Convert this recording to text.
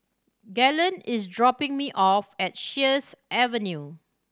Galen is dropping me off at Sheares Avenue